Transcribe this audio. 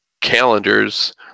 calendars